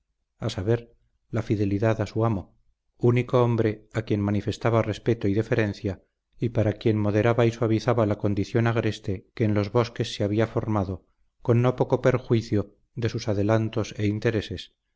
a saber la fidelidad a su amo único hombre a quien manifestaba respeto y deferencia y para quien moderaba y suavizaba la condición agreste que en los bosques se había formado con no poco perjuicio de sus adelantos e intereses